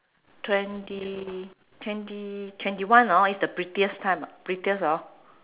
twenty twenty twenty one hor is the prettiest time prettiest hor